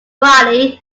body